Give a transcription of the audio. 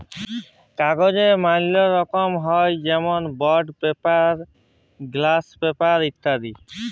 কাগজের ম্যালা রকম হ্যয় যেমল বন্ড পেপার, গ্লস পেপার ইত্যাদি